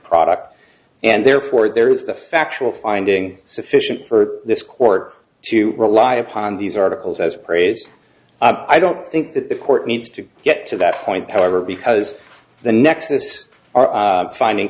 product and therefore there is the factual finding sufficient for this court to rely upon these articles as praise i don't think that the court needs to get to that point however because the nexus are finding